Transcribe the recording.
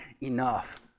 enough